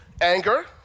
Anger